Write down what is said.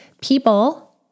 people